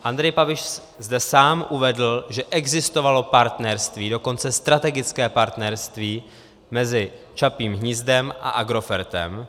Andrej Babiš zde sám uvedl, že existovalo partnerství, dokonce strategické partnerství mezi Čapím hnízdem a Agrofertem.